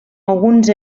alguns